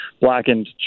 blackened